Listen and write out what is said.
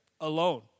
Alone